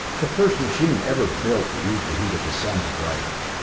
the first machine ever built that used the heat of the sun to drive it.